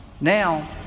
Now